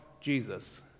Jesus